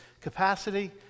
capacity